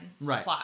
Right